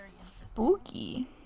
spooky